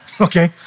okay